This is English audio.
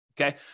okay